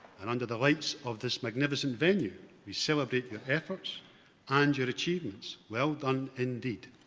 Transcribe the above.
and under the lights of this magnificent venue, we celebrate your efforts and your achievements. well done indeed.